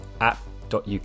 app.uk